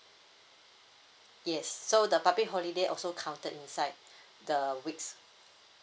yes so the public holiday also counted inside the weeks